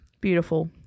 Beautiful